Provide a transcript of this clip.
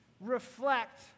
reflect